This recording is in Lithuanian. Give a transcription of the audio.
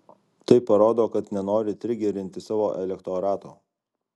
tai parodo kad nenori trigerinti savo elektorato